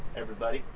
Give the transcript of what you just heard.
everybody.